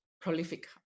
prolific